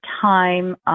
time